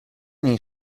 niej